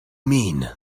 mean